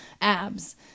abs